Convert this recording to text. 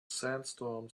sandstorm